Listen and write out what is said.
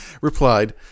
Replied